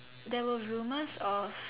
there were rumors of